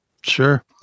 sure